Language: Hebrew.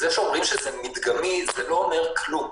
זה שאומרים שזה מדגמי, זה לא אומר כלום.